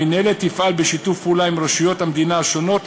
המינהלת תפעל בשיתוף פעולה עם רשויות המדינה השונות,